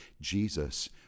Jesus